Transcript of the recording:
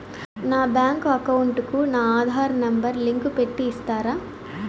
నా bank account కు నా ఆధార్ నెంబర్ లింకు పెట్టి ఇస్తారా?